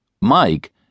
Mike